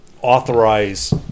authorize